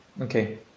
okay